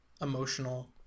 emotional